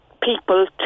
people